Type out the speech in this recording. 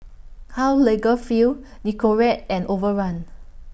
Karl Lagerfeld Nicorette and Overrun